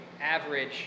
average